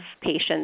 patients